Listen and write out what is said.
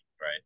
right